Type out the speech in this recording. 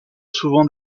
souvent